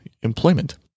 employment